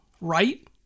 right